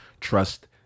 trust